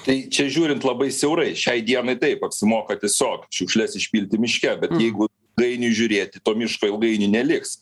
tai čia žiūrint labai siaurai šiai dienai taip apsimoka tiesiog šiukšles išpilti miške bet jeigu ilgainiui žiūrėti to miško ilgainiui neliks